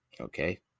Okay